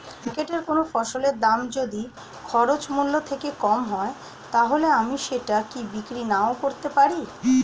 মার্কেটৈ কোন ফসলের দাম যদি খরচ মূল্য থেকে কম হয় তাহলে আমি সেটা কি বিক্রি নাকরতেও পারি?